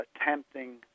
attempting